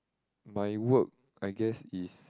my work I guess is